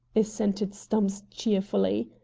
assented stumps cheerfully.